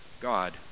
God